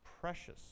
precious